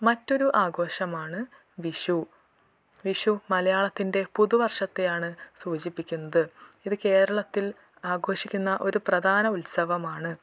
മറ്റൊരു ആഘോഷമാണ് വിഷു വിഷു മലയാളത്തിൻ്റെ പുതു വർഷത്തെയാണ് സൂചിപ്പിക്കുന്നത് ഇത് കേരത്തിൽ ആഘോഷിക്കുന്ന ഒരു പ്രധാന ഉത്സവമാണ്